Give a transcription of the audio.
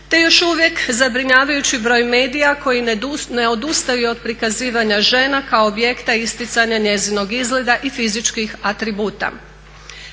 te još uvijek zabrinjavajući broj medija koji ne odustaju od prikazivanja žena kao objekta isticanja njezinog izgleda i fizičkih atributa.